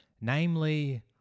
namely